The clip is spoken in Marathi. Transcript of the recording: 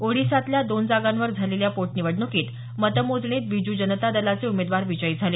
ओडिशातल्या दोन जागांवर झालेल्या पोटनिवडणुकीच्या मतमोजणीत बिजू जनता दलाचे उमेदवार विजयी झाले